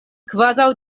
kvazaŭ